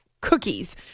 cookies